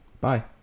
Bye